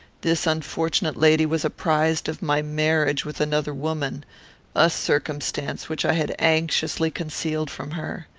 this unfortunate lady was apprized of my marriage with another woman a circumstance which i had anxiously concealed from her.